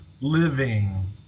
living